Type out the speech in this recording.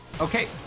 okay